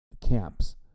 camps